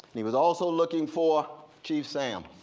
he was also looking for chief sam,